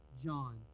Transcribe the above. John